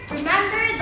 remember